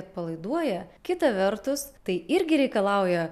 atpalaiduoja kita vertus tai irgi reikalauja